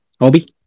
Obi